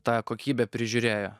tą kokybę prižiūrėjo